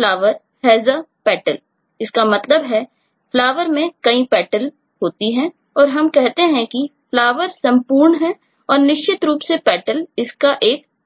Flower HAS A Petal इसका मतलब है कि Flower में कई Petal होती हैं और हम कहते हैं कि Flower संपूर्ण है और निश्चित रूप से Petal इसका एक हिस्सा है